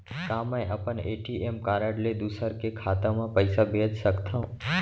का मैं अपन ए.टी.एम कारड ले दूसर के खाता म पइसा भेज सकथव?